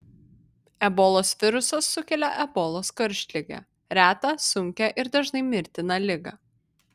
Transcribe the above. ebolos virusas sukelia ebolos karštligę retą sunkią ir dažnai mirtiną ligą